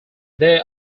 they